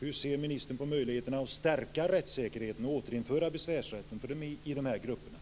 Hur ser ministern på möjligheterna att stärka rättssäkerheten och att återinföra besvärsrätten för dessa grupper?